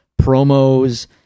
promos